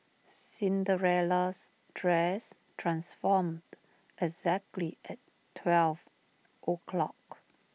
Cinderella's dress transformed exactly at twelve o' clock